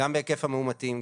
גם בהיקף המאומתים,